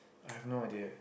I have no idea